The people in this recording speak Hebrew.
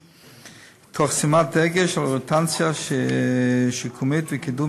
תוך שימת דגש על אוריינטציה שיקומית וקידום